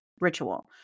ritual